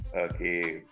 okay